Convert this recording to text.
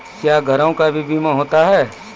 क्या घरों का भी बीमा होता हैं?